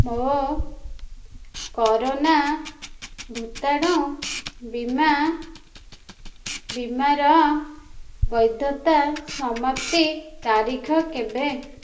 ମୋ କରୋନା ଭୂତାଣୁ ବୀମା ବୀମାର ବୈଧତା ସମାପ୍ତି ତାରିଖ କେବେ